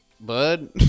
Bud